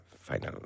final